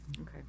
Okay